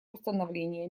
установления